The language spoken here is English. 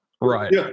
Right